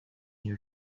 your